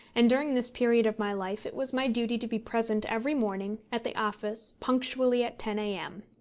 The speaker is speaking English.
and during this period of my life it was my duty to be present every morning at the office punctually at ten a m.